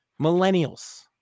millennials